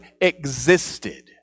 existed